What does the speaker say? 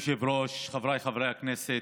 אדוני היושב-ראש, חבריי חברי הכנסת,